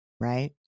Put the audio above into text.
right